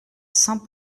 saint